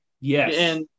Yes